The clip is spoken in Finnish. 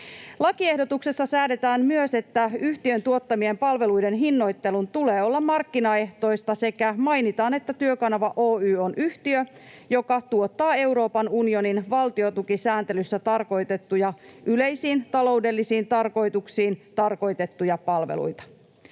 Lakiehdotuksessa säädetään myös, että yhtiön tuottamien palveluiden hinnoittelun tulee olla markkinaehtoista, sekä mainitaan, että Työkanava Oy on yhtiö, joka tuottaa Euroopan unionin valtiontukisääntelyssä tarkoitettuja yleisiin taloudellisiin tarkoituksiin tarkoitettuja palveluita.